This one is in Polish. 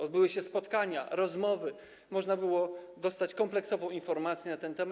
Odbyły się spotkania, rozmowy, można było uzyskać kompleksową informację na ten temat.